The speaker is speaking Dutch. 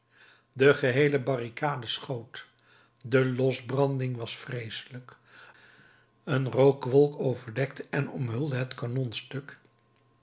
de geheele barricade schoot de losbranding was vreeselijk een rookwolk overdekte en omhulde het kanonstuk